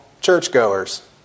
churchgoers